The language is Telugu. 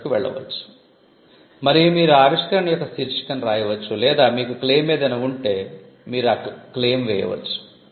compatents కు వెళ్ళవచ్చు మరియు మీరు ఆవిష్కరణ యొక్క శీర్షికను వ్రాయవచ్చు లేదా మీకు క్లెయిమ్ ఏదైనా ఉంటే మీరు క్లెయిమ్ వేయవచ్చు